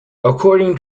according